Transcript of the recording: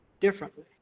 differently